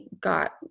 got